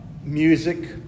music